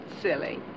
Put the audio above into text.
Silly